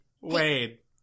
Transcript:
Wait